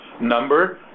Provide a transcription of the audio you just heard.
number